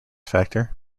factor